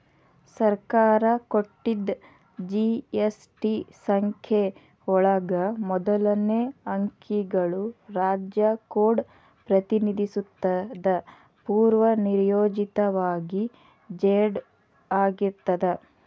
ಸರ್ಕಾರ ಕೊಟ್ಟಿದ್ ಜಿ.ಎಸ್.ಟಿ ಸಂಖ್ಯೆ ಒಳಗ ಮೊದಲನೇ ಅಂಕಿಗಳು ರಾಜ್ಯ ಕೋಡ್ ಪ್ರತಿನಿಧಿಸುತ್ತದ ಪೂರ್ವನಿಯೋಜಿತವಾಗಿ ಝೆಡ್ ಆಗಿರ್ತದ